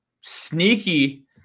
sneaky